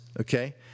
Okay